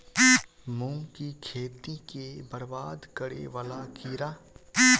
मूंग की खेती केँ बरबाद करे वला कीड़ा?